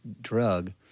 drug